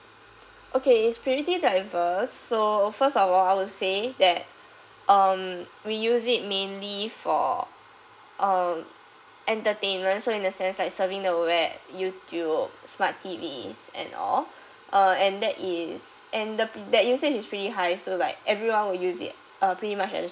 okay it's pretty diverse so first of all I'll say that um we use it mainly for um entertainment so in a sense like surfing the web youtube smart T_Vs and all uh and that is and the that usage is pretty high so like everyone will use it uh pretty much at the